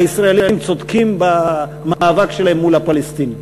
הישראלים צודקים במאבק שלהם מול הפלסטינים.